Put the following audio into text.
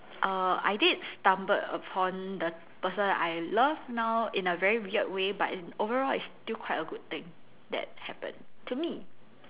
err I did stumbled upon the person I love now in a very weird way but in overall it's still quite a good thing that happened to me